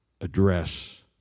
address